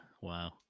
Wow